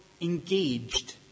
engaged